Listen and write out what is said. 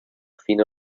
fino